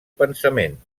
pensament